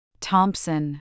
Thompson